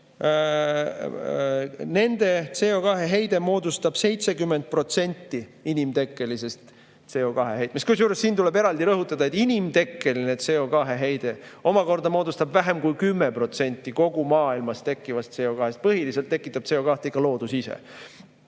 nende CO2‑heide moodustab 70% inimtekkelisest CO2‑heitmest, kusjuures siin tuleb eraldi rõhutada, et inimtekkeline CO2‑heide omakorda moodustab vähem kui 10% kogu maailmas tekkivast CO2‑st. Põhiliselt tekitab CO2ikka loodus ise.